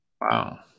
Wow